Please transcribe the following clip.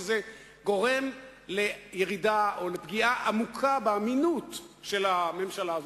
שזה גורם לפגיעה עמוקה באמינות של הממשלה הזאת.